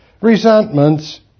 resentments